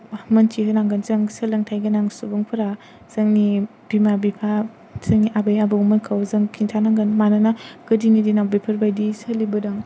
मोन्थिहोनांगोन जों सोलोंथाय गोनां सुबुंफोरा जोंनि बिमा बिफा जोंनि आबै आबौमोनखौ जों खिन्थानांगोन मानोना गोदोनि दिनाव बेफोरबायदि सोलिबोदों